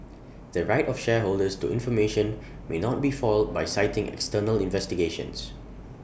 the right of shareholders to information may not be foiled by citing external investigations